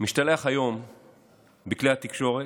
משתלח היום בכלי התקשורת,